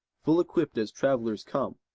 full equipt as travellers come,